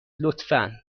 لطفا